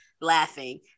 laughing